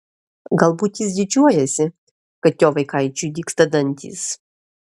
galbūt jis didžiuojasi kad jo vaikaičiui dygsta dantys